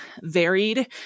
varied